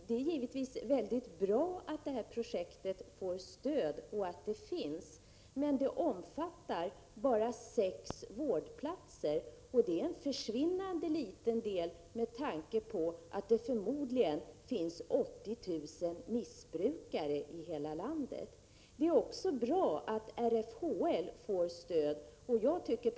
Det är givetvis bra att detta projekt finns och att det får stöd, men det omfattar bara sex vårdplatser, och det är en försvinnande liten del med tanke på att det förmodligen finns 80 000 missbrukare i hela landet. Det är också bra att RFHL får ekonomiskt stöd av regeringen.